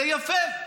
זה יפה,